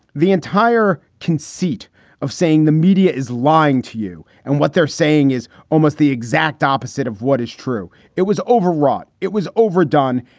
the entire conceit of saying the media is lying to you and what they're saying is almost the exact opposite of what is true. it was overwrought. it was overdone.